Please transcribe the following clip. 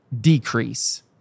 decrease